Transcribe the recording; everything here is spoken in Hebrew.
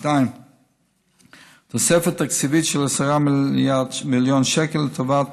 2. תוספת תקציבית של 10 מיליון שקל לטובת